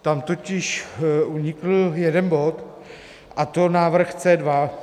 Tam totiž unikl jeden bod, a to návrh C2.